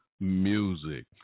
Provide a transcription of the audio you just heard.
music